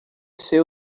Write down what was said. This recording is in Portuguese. ser